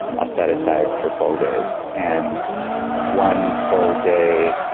i'll set aside for full days. and one full day,